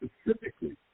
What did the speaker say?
specifically